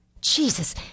Jesus